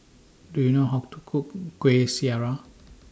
Do YOU know How to Cook Kuih Syara